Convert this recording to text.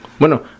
Bueno